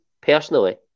personally